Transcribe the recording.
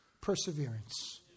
perseverance